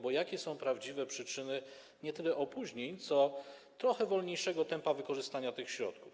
Bo jakie są prawdziwe przyczyny nie tyle opóźnień, co trochę wolniejszego tempa wykorzystania tych środków?